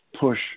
push